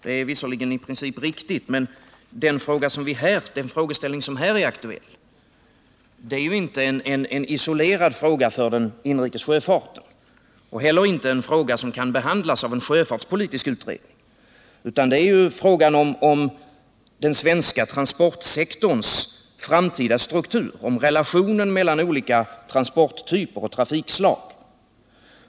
Det är visserligen i princip riktigt, men den fråga som här är aktuell är inte en isolerad fråga för den inrikes sjöfarten och inte heller en fråga som kan behandlas endast av en sjöfartspolitisk utredning, utan det är fråga om den svenska transportsektorns framtida struktur, om relationen mellan olika transporttyper och trafikslag.